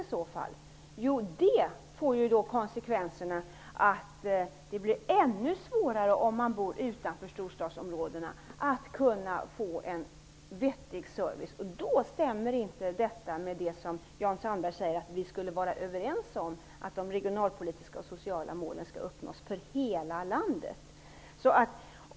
Jo, det får konsekvensen att det blir ännu svårare, om man bor utanför storstadsområdena, att få en vettig service. Då stämmer inte detta med det Jan Sandberg säger att vi skulle vara överens om, nämligen att de regionalpolitiska och socialpolitiska målen skall uppnås för hela landet.